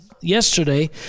yesterday